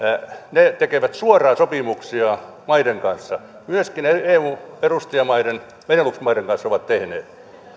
ne tekevät suoraan sopimuksia maiden kanssa myöskin eu perustajamaiden benelux maiden kanssa ovat tehneet